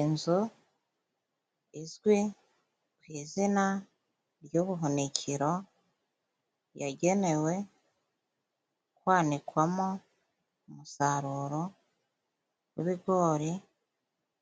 Inzu izwi ku izina ry'ubuhunikiro, yagenewe kwanikwamo umusaruro w'ibigori,